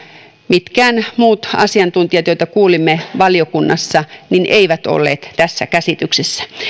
mitkään muut asiantuntijat joita kuulimme valiokunnassa eivät olleet tässä käsityksessä